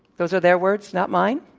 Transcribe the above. those were their words, not mine.